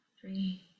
three